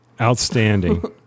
outstanding